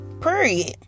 period